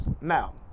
now